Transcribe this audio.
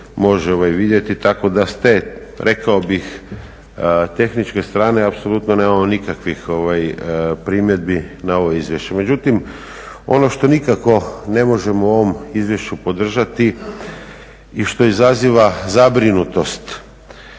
može vidjeti. Tako da s te rekao bih tehničke strane apsolutno nemamo nikakvih primjedbi na ovo izvješće. Međutim, ono što nikako ne možemo u ovom izvješću podržati i što izaziva zabrinutost